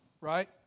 right